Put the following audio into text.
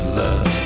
love